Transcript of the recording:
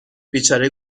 بیچاره